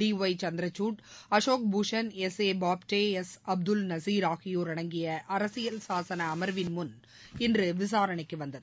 D Y Chandrachud Ashok Bhushan S A Bobde S Abdul Nazeer ஆகியோர் அடங்கிய அரசியல் சாசன அமர்வின் முன் இன்று விசாரணைக்கு வந்தது